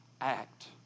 act